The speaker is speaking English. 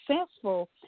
successful